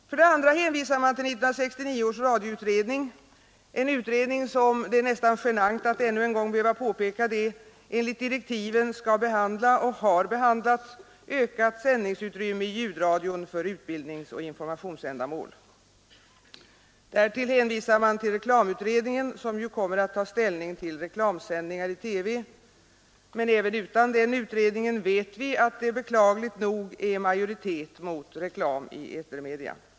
För det andra hänvisar man till reklamutredningen, som ju kommer att ta ställning till reklamsändningar i TV. Även utan denna utredning vet vi att det, beklagligt nog, är majoritet mot reklam i etermedia.